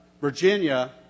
Virginia